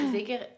zeker